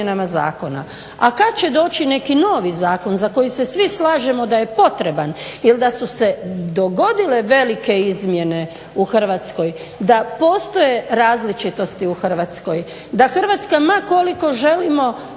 A kada će doći neki novi zakon za koji se svi slažemo da je potreban jer da su se dogodile velike izmjene u Hrvatskoj, da postoje različitosti u Hrvatskoj, da Hrvatska ma koliko želimo